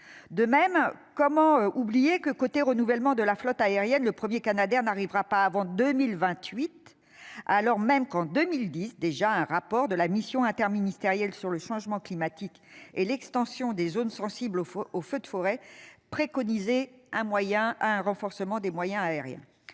De même, comment oublier que côté renouvellement de la flotte aérienne le 1er Canadair n'arrivera pas avant 2028, alors même qu'en 2010 déjà, un rapport de la mission interministérielle sur le changement climatique et l'extension des zones sensibles au feu au feu de forêt préconisé un moyen à un renforcement des moyens aériens,